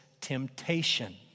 temptation